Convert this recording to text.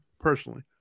personally